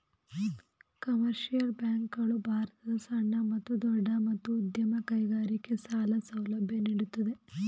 commercial bank ಗಳು ಭಾರತದ ಸಣ್ಣ ಮತ್ತು ದೊಡ್ಡ ಮತ್ತು ಮಧ್ಯಮ ಕೈಗಾರಿಕೆ ಸಾಲ ಸೌಲಭ್ಯ ನೀಡುತ್ತದೆ